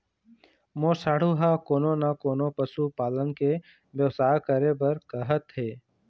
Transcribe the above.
मोर साढ़ू ह कोनो न कोनो पशु पालन के बेवसाय करे बर कहत हे